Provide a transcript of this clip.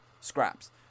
scraps